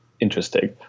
interesting